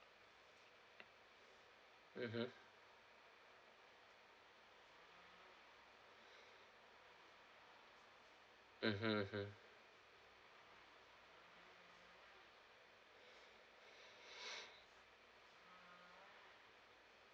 mmhmm mmhmm hmm